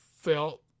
felt